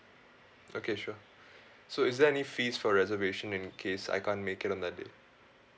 okay sure so is there any fees for reservation in case I can't make it on that day